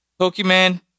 Pokemon